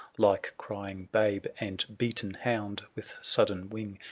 like crying babe, and beaten hound with sudden wing,